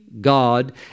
God